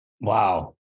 Wow